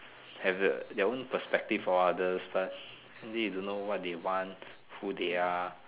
have their own perspective of others but end day you don't know what they want who they are